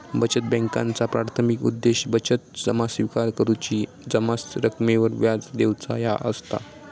बचत बॅन्कांचा प्राथमिक उद्देश बचत जमा स्विकार करुची, जमा रकमेवर व्याज देऊचा ह्या असता